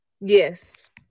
Yes